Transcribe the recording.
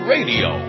Radio